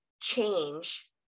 change